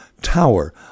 tower